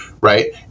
right